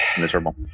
miserable